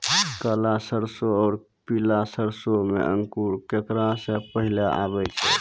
काला सरसो और पीला सरसो मे अंकुर केकरा मे पहले आबै छै?